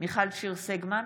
מיכל שיר סגמן,